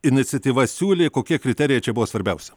iniciatyvas siūlė kokie kriterijai čia buvo svarbiausi